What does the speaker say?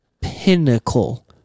pinnacle